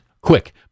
Quick